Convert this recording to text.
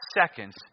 seconds